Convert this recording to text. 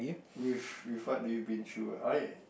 with with what do you been through right